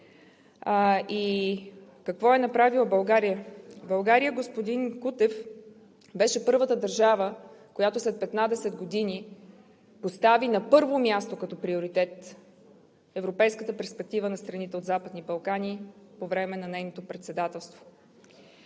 Какво е направила България? България, господин Кутев, беше първата държава, която след 15 години постави на първо място като приоритет европейската перспектива на страните от Западните Балкани по време на нейното председателство.